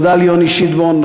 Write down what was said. תודה ליוני שטבון,